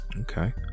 Okay